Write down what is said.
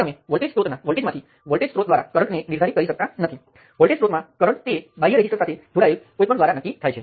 હવે voltage control voltage સ્ત્રોતની જેમ જમણી બાજુ પણ ચલ ધરાવે છે